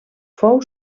fou